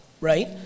right